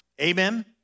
Amen